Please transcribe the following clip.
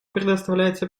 предоставляется